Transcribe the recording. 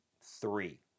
three